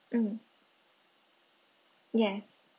mm yes